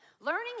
Learning